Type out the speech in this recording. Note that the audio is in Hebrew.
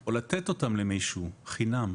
או לתת אותם למישהו, חינם.